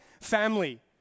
family